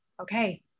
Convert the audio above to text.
okay